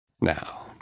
Now